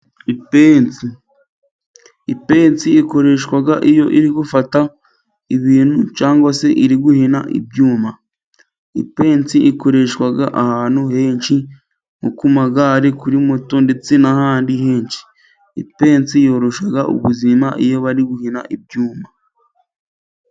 Ipensi , ipensi ikoreshwa iyo iri gufata ibintu, cyangwa se iri guhina ibyuma, ipensi ikoreshwa ahantu henshi, ku magare, kuri moto, ndetse n'ahandi henshi. Ipensi yoroshya ubuzima iyo bari guhina ibyuma.